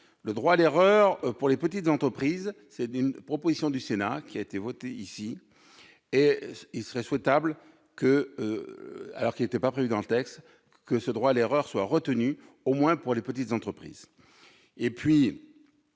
Le droit à l'erreur pour les petites entreprises est une proposition du Sénat qui a été votée ici même. Il conviendrait, alors qu'il n'était pas prévu dans le texte, que ce droit à l'erreur soit retenu au moins pour les petites entreprises.